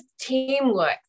teamwork